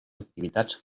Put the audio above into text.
activitats